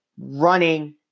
Running